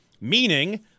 Meaning